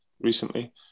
recently